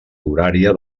horària